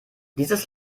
dieses